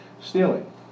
stealing